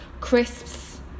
crisps